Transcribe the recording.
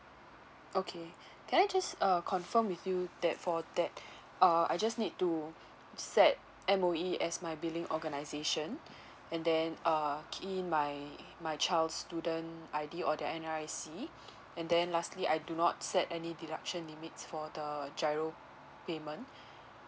okay can I just uh confirm with you that for that uh I just need to set M_O_E as my billing organisation and then uh key in my my child's student I_D or their N_R_I_C and then lastly I do not set any deduction limits for the GIRO payment